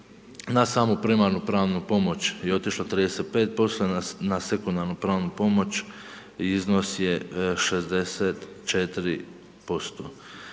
Na samu primarnu pravnu pomoć je otišlo 35%, na sekundarnu pravnu pomoć iznos je 64%.